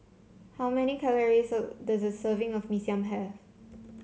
how many calories does a serving of Mee Siam have